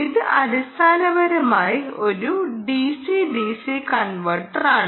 ഇത് അടിസ്ഥാനപരമായി ഒരു ഡിസി ഡിസി കൺവെർട്ടറാണ്